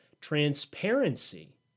transparency